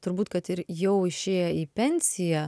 turbūt kad ir jau išėję į pensiją